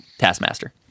taskmaster